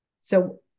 So-